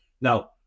Now